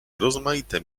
rozmaite